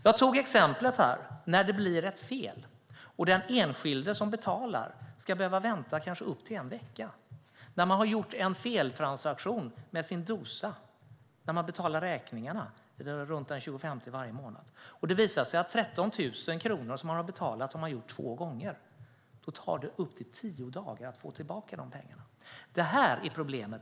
Jag tog exemplet när det blir ett fel och den enskilde som betalar behöver vänta kanske upp till en vecka. När man har gjort en feltransaktion med sin dosa när man betalar räkningarna runt den 25:e varje månad och det visar sig att man betalat 13 000 kronor två gånger tar det upp till tio dagar att få tillbaka de pengarna. Detta är problemet.